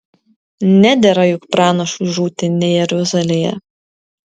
nedera juk pranašui žūti ne jeruzalėje